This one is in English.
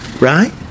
right